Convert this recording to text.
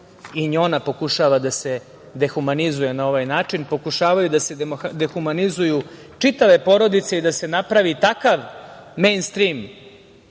i ona pokušava da se dehumanizuje na ovaj način. Pokušavaju da se dehumanizuju čitave porodice i da se napravi takav meinstrim